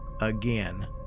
again